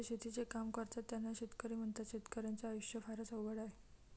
जे शेतीचे काम करतात त्यांना शेतकरी म्हणतात, शेतकर्याच्या आयुष्य फारच अवघड आहे